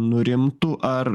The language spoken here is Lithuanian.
nurimtų ar